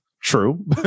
True